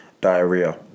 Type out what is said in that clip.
diarrhea